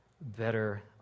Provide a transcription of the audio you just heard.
better